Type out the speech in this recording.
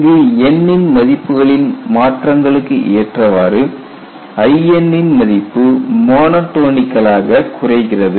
இங்கு n ன் மதிப்புகளின் மாற்றங்களுக்கு ஏற்றவாறு In ன் மதிப்பு மோனடோனிகலாக குறைகிறது